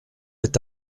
est